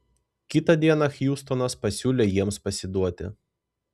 kitą dieną hiustonas pasiūlė jiems pasiduoti